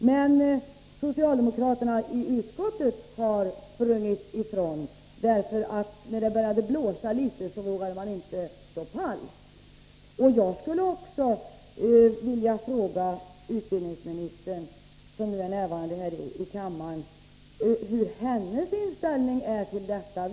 Men socialdemokraterna i utskottet har sprungit ifrån denna ståndpunkt, för när det började blåsa litet vågade ni inte stå pall. Jag skulle vilja fråga utbildningsministern, som nu är närvarande här i kammaren, hur hennes inställning till detta är.